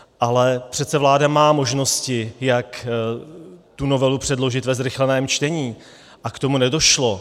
Ale přece vláda má možnosti, jak tu novelu předložit ve zrychleném čtení, a k tomu nedošlo.